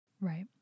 Right